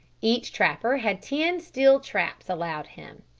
each trapper had ten steel traps allowed him.